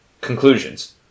Conclusions